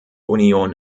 union